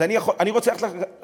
אז אני רוצה ללכת